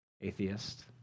atheist